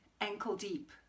ankle-deep